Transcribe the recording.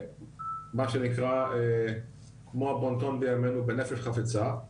מה שנקרא בנפש חפצה.